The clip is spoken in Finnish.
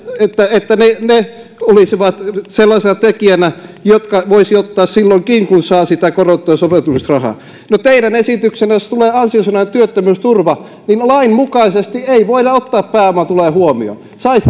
että että pääomatulot olisivat sellaisena tekijänä jonka voisi ottaa silloinkin kun saa korotettua sopeutumisrahaa no teidän esityksessänne jossa tulee ansiosidonnainen työttömyysturva lain mukaisesti ei voida ottaa pääomatuloja huomioon saisi